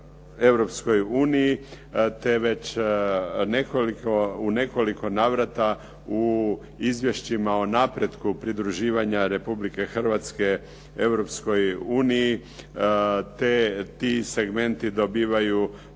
u nekoliko navrata u izvješćima o napretku pridruživanja Republike Hrvatske Europskoj uniji ti segmenti dobivaju